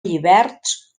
lliberts